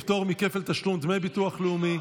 פטור מכפל תשלום דמי ביטוח לאומי),